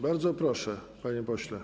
Bardzo proszę, panie pośle.